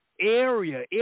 area